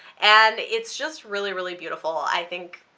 and it's just really really beautiful. i think,